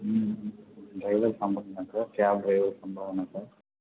ம் ட்ரைவர் சம்பளம் என்ன சார் கேப் ட்ரைவர் சம்பளம் என்ன சார்